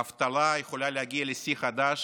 האבטלה יכולה להגיע לשיא חדש